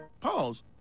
Pause